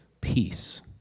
peace